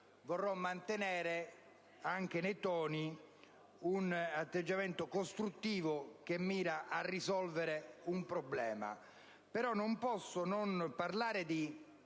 mantenere, anche nei toni, un atteggiamento costruttivo, che mira a risolvere un problema.